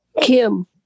Kim